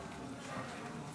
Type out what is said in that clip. אתה.